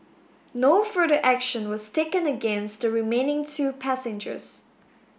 no further action was taken against the remaining two passengers